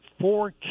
four